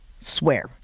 swear